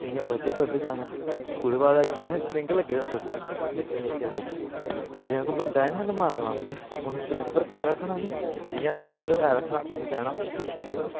इ'यां बधदे बधदे जाना ओह्दे बाद आई गे स्प्रिंग लग्गे दे होंदे उत्थै निक्के निक्के जेह् जि'यां कोई बंदा आया नी सानूं मारना बास्तै उन्नै स्प्रिंग पर पैर रक्खना निं जि'यां स्प्रिंग उप्पर पैर रक्खना उन्नै जाना ओह् पिच्छें जाना